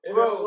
Bro